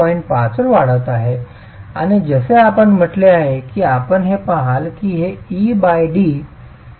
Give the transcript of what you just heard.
5 वर वाढत आहे आणि जसे आपण म्हटले आहे की आपण हे पहाल की हे ed 0